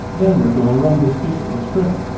then we're gonna run this piece of the script.